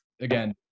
again